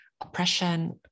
oppression